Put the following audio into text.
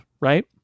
right